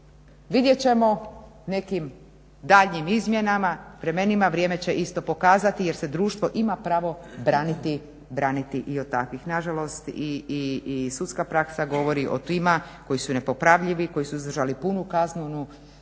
vidjet ćete nekim daljnjim izmjenama, vremena će isto pokazati jer se društvo ima pravo braniti, braniti od takvih. Nažalost i sudska praksa govori o tima koji su nepopravljivi, koji su izdržali punu kaznu,